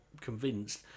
convinced